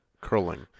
curling